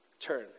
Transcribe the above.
turn